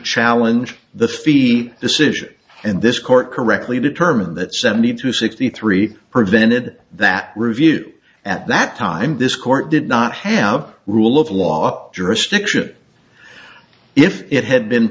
challenge the fee decision and this court correctly determined that seventy two sixty three prevented that review at that time this court did not have rule of law jurisdiction if it had been